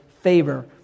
favor